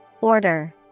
Order